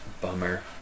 bummer